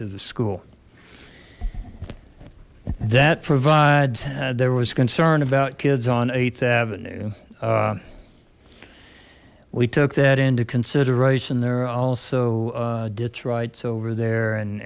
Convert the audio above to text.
to the school that provides there was concern about kids on eighth avenue we took that into consideration there are also ditch rights over there and